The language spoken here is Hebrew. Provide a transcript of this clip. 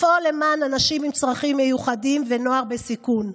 לפעול למען אנשים עם צרכים מיוחדים ונוער בסיכון,